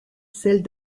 celle